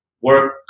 Work